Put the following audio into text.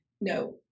No